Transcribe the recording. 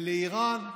ולאיראן,